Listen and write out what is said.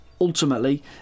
ultimately